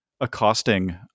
accosting